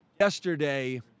Yesterday